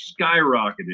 skyrocketed